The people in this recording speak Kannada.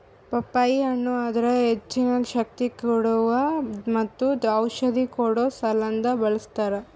ಪಪ್ಪಾಯಿ ಹಣ್ಣ್ ಅದರ್ ಹೆಚ್ಚಿನ ಶಕ್ತಿ ಕೋಡುವಾ ಮತ್ತ ಔಷಧಿ ಕೊಡೋ ಸಲಿಂದ್ ಬಳ್ಸತಾರ್